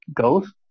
Ghost